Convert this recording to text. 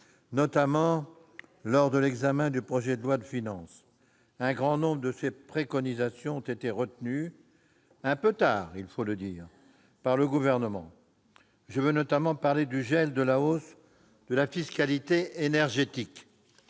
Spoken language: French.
notamment lors de l'examen du projet de loi de finances. Un grand nombre de ses préconisations ont été retenues- un peu tard, il faut le dire -par le Gouvernement. En effet ! Je veux notamment parler du gel de la hausse de la fiscalité énergétique.